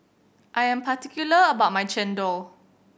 I am particular about my Chendol